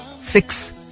Six